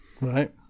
Right